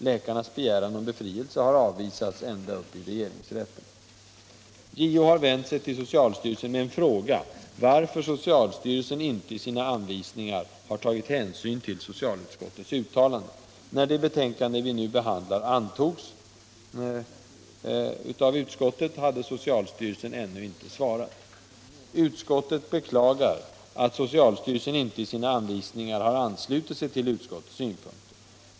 Läkarnas begäran om befrielse har avvisats ända upp i regeringsrätten. JO har vänt sig till socialstyrelsen med en fråga, varför socialstyrelsen inte i sina anvisningar har tagit hänsyn till socialutskottets uttalande. När det betänkande vi nu behandlar antogs av utskottet hade socialstyrelsen ännu inte svarat. Utskottet beklagar att socialstyrelsen inte i sina anvisningar har anslutit sig till utskottets synpunkter.